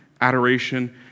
adoration